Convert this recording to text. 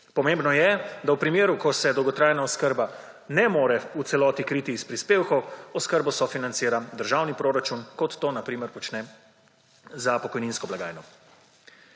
Pomembno je, da v primeru, ko se dolgotrajna oskrba ne more v celoti kriti iz prispevkov, oskrbo sofinancira državni proračun, kot to na primer počne za pokojninsko blagajno.